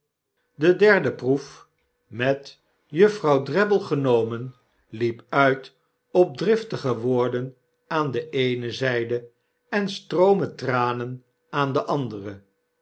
de derde proef met juffrouw drabble genomen liep uit op driftige woorden aan de eene zijde en stroomen tranen aan de andere